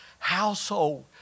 household